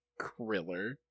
kriller